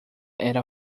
era